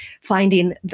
finding